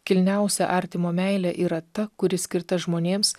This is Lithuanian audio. kilniausia artimo meilė yra ta kuri skirta žmonėms